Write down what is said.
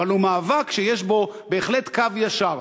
אבל הוא מאבק שיש בו בהחלט קו ישר,